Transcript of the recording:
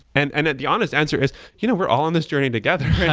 and and the honest answer is, you know, we're all on this journey together.